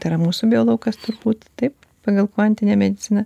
tai yra mūsų biolaukas turbūt taip pagal kvantinę mediciną